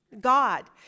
God